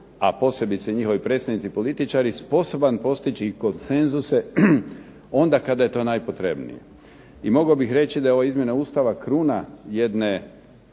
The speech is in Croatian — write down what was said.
a posebice njihovi predstavnici političari sposoban postići i konsenzuse onda kada je to najpotrebnije. I mogao bih reći da je ova izmjena Ustava kruna jednog